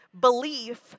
Belief